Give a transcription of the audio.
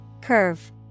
Curve